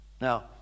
now